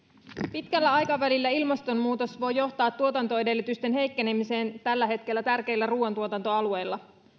pitkällä aikavälillä ilmastonmuutos voi johtaa tuotantoedellytysten heikkenemiseen tällä hetkellä tärkeillä ruuantuotantoalueilla